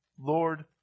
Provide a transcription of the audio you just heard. Lord